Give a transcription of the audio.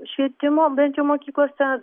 švietimo bent jau mokyklose